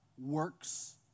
works